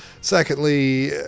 secondly